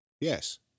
Yes